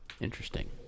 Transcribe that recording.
Interesting